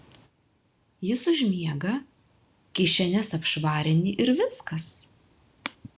jis užmiega kišenes apšvarini ir viskas